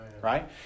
Right